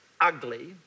ugly